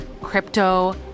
crypto